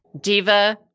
Diva